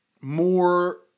more